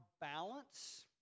balance